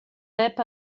pep